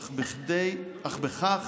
--- אך בכך